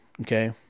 okay